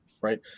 right